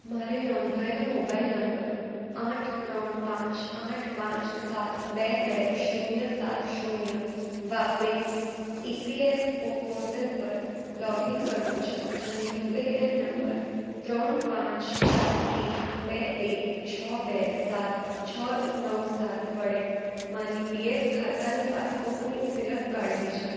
મારે નોંધયેલો mobile number આઠ ત્રણ પાંચ આઠ પાંચ સાત બે બે શૂન્ય સાત શૂન્ય વાપરી ઇપીએફઓ પોર્ટલ પર લોગિન કરવું છે અને યુ એ એન નંબર ત્રણ પાંચ ચાર એક બે એક છ બે સાત છ નવ સાત વડે મારી પીએફ ખાતાની પાસબુકની સિલક કાઢવી છે